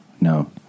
No